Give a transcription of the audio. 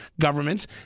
governments